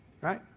Right